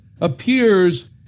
appears